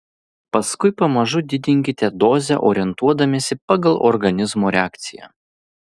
paskui pamažu didinkite dozę orientuodamiesi pagal organizmo reakciją